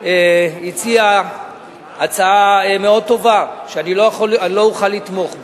הציע הצעה מאוד טובה, שאני לא אוכל לתמוך בה.